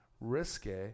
risky